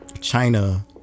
China